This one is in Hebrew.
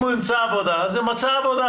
אם הוא מצא עבודה אז הוא מצא עבודה,